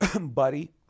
buddy